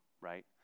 right